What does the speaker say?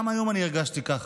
גם היום הרגשתי כך.